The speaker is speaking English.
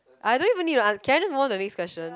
I don't even need to ans~ can I just move on to the next question